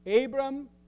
Abram